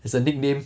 it's a nickname